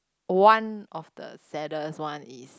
one of the saddest one is